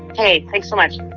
hey, thanks so much.